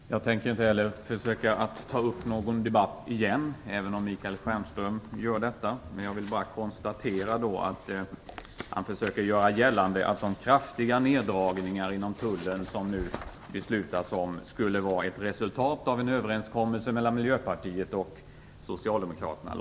Herr talman! Jag tänker inte heller försöka ta upp en debatt igen, även om Michael Stjernström gör det. Jag kan bara konstatera att han försöker göra gällande att de kraftiga nerdragningar inom Tullen som nu kommer att beslutas om skulle vara ett resultat av en överenskommelse mellan Miljöpartiet och Socialdemokraterna.